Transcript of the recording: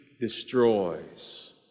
destroys